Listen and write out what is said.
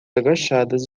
agachadas